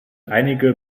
einige